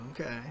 Okay